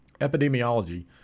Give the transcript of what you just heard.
Epidemiology